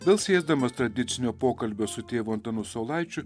vėl sėsdamas tradicinio pokalbio su tėvu antanu saulaičiu